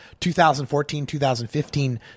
2014-2015